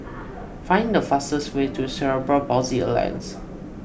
find the fastest way to Cerebral Palsy Alliance